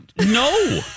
No